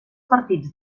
partits